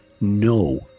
no